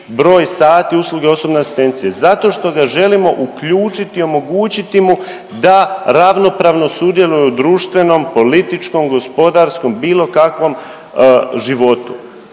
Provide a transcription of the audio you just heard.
broj sati usluge osobne asistencije. Zato što ga želimo uključiti, omogućiti mu da ravnopravno sudjeluje u društvenom, političkom, gospodarskom bilo kakvom životu.